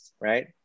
right